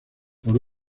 por